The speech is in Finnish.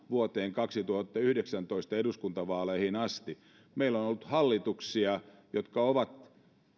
vuoden kaksituhattayhdeksäntoista eduskuntavaaleihin asti meillä on ollut hallituksia jotka ovat